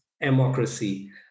democracy